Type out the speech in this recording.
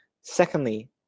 Secondly